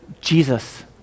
Jesus